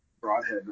broadhead